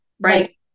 Right